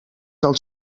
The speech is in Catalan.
del